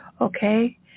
okay